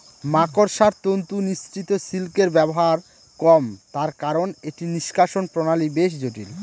মাকড়সার তন্তু নিঃসৃত সিল্কের ব্যবহার কম তার কারন এটি নিঃষ্কাষণ প্রণালী বেশ জটিল